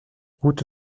route